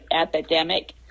epidemic